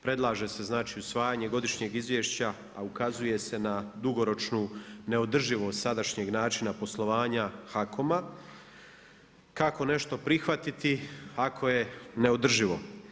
Predlaže se usvajanje godišnjeg izvješća, a ukazuje se na dugoročnu neodrživost sadašnjeg načina poslovanja HAKOM-a, kako nešto prihvatiti ako je neodrživo.